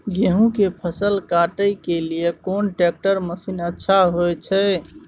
गेहूं के फसल काटे के लिए कोन ट्रैक्टर मसीन अच्छा होय छै?